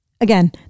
Again